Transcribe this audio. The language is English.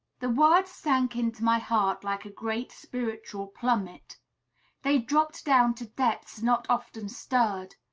the words sank into my heart like a great spiritual plummet they dropped down to depths not often stirred.